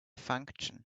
function